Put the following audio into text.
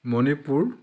Manipur